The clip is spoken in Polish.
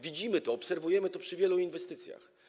Widzimy to, obserwujemy to przy wielu inwestycjach.